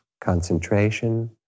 concentration